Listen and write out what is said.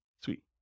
Sweet